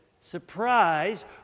Surprise